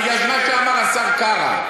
בגלל מה שאמר השר קרא,